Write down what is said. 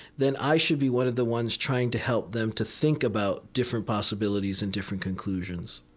then i should be one of the ones trying to help them to think about different possibilities and different conclusions